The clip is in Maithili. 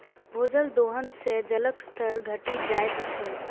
भूजल दोहन सं जलक स्तर घटि जाइत छै